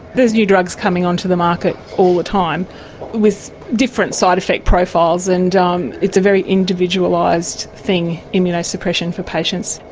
there's new drugs coming onto the market all the time with different side effect profiles, and um it's a very individualised thing, immunosuppression for patients,